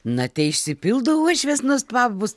na teišsipildo uošvės nuostabūs